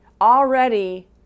Already